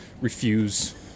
refuse